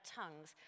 tongues